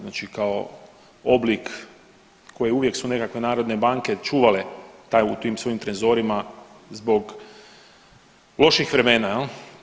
Znači kao oblik koji, uvijek su nekakve narodne banke čuvale taj u tim svojim trezorima zbog loših vremena jel.